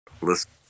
listen